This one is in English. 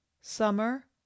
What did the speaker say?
Summer